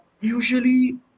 usually